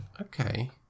okay